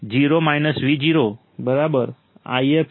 તેથી 0 Vo If Rf